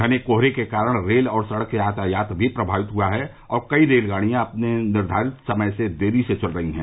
घने कोहरे के कारण रेल और सड़क यातायात भी प्रमावित हुआ है और कई रेलगाड़ियां अपने निर्धारित समय से देरी से चल रही हैं